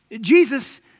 Jesus